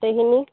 গোটেইখিনি